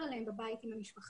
עובר עליהם בבית עם המשפחה.